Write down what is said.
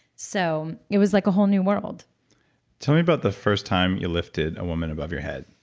so it was like a whole new world tell me about the first time you lifted a woman above your head